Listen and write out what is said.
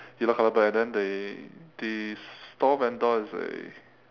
yellow colour bird and then the the store vendor is a